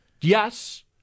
Yes